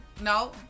No